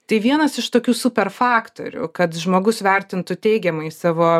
tai vienas iš tokių super faktorių kad žmogus vertintų teigiamai savo